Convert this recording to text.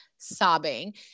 sobbing